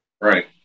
Right